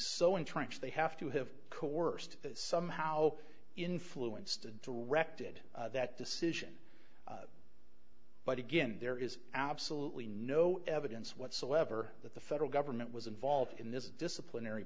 so entrenched they have to have coerced somehow influenced and directed that decision but again there is absolutely no evidence whatsoever that the federal government was involved in this disciplinary